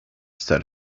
said